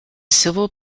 civil